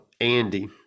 Andy